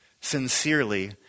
sincerely